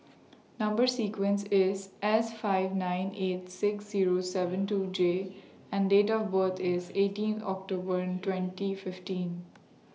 Number sequence IS S five nine eight six Zero seven two J and Date of birth IS eighteen October twenty fifteen